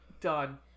Done